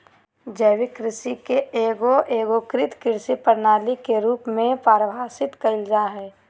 जैविक कृषि के एगो एगोकृत कृषि प्रणाली के रूप में परिभाषित कइल जा हइ